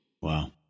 Wow